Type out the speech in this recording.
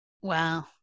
wow